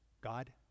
God